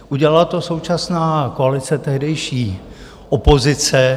Udělala to současná koalice, tehdejší opozice.